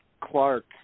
Clark